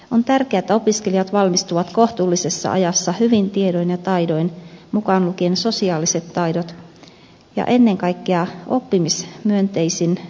on tärkeätä että opiskelijat valmistuvat kohtuullisessa ajassa hyvin tiedoin ja taidoin mukaan lukien sosiaaliset taidot ja ennen kaikkea oppimismyönteisin asentein